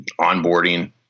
onboarding